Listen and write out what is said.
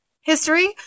History